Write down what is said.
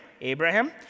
Abraham